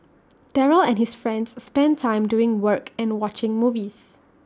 Daryl and his friends spent time doing work and watching movies